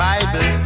Bible